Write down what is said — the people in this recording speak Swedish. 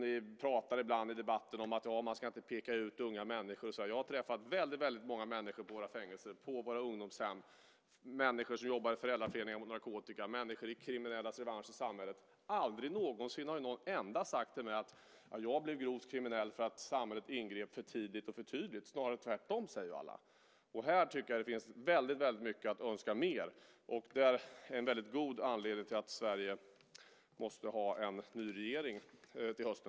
Ni pratar ibland i debatten om att man inte ska peka ut unga människor. Jag har träffat väldigt många människor på våra fängelser och på våra ungdomshem och människor som jobbar i föräldraföreningar mot narkotika och som jobbar i Kriminellas revansch i samhället, men aldrig någonsin har någon enda sagt till mig: Jag blev grovt kriminell därför att samhället ingrep för tidigt och för tydligt. Snarare är det tvärtom, säger alla. Här tycker jag att det finns väldigt mycket mer att önska. Det är, tycker jag, en väldigt god anledning till att Sverige måste ha en ny regering till hösten.